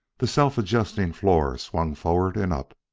the self-adjusting floor swung forward and up.